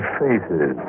faces